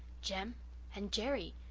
jem and jerry!